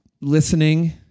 listening